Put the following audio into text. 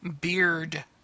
Beard